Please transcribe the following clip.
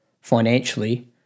financially